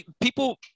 people –